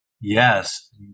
Yes